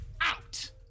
out